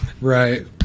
Right